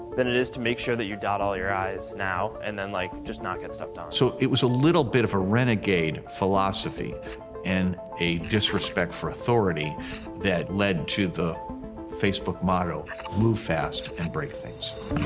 than it is to make sure that you dot all your i's now and then, like, just not get stuff done. so it was a little bit of a renegade philosophy and a disrespect for authority that led to the facebook motto move fast and break things.